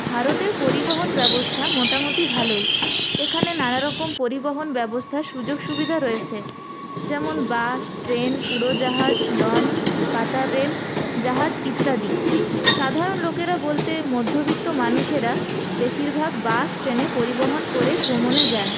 ভারতের পরিবহণ ব্যবস্থা মোটামুটি ভালোই এখানে নানারকম পরিবহণ ব্যবস্থা্র সুযোগ সুবিধা রয়েছে যেমন বাস ট্রেন উড়োজাহাজ লঞ্চ পাতাল রেল জাহাজ ইত্যাদি সাধারণ লোকেরা বলতে মধ্যবিত্ত মানুষেরা বেশিরভাগ বাস ট্রেনে পরিবহণ করে ভ্রমণে যান